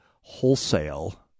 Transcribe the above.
wholesale